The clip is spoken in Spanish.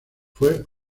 fue